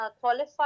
qualified